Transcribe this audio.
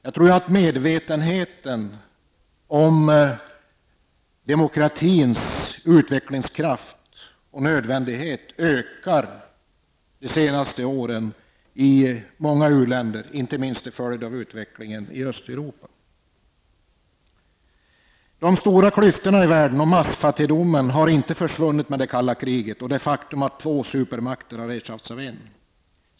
Jag tror att medvetenheten om demokratins utvecklingskraft och nödvändighet har ökat under de senaste åren i många u-länder, inte minst till följd av utvecklingen i Östeuropa. De stora klyftorna i världen och massfattigdomen har inte försvunnit i och med det kalla krigets slut och det faktum att två stormakter har ersatts av en.